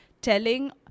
telling